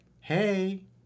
hey